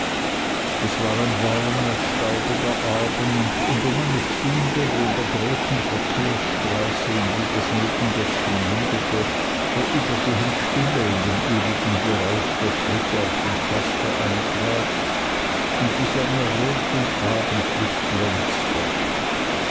es war ein warmer staubiger abend und um eine stunde wo in der großen verkehrsstraße in die das nebengäßchen mündete vorübergehend stille in dem ewigen geräusch der schritte auf dem pflaster eintrat und die sonne rot und abendlich glänzte